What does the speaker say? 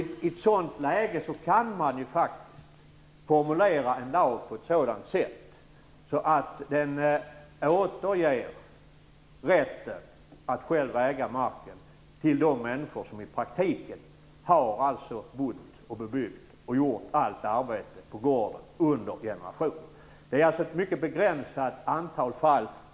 I ett sådant läge kan man formulera en lag på ett sådant sätt att den återger rätten att själv äga marken till de människor som i praktiken har bott, bebyggt och gjort allt arbete på gården under generationer. Det är ett mycket begränsat antal fall det är fråga om.